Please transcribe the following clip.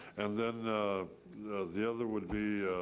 and then the other would be,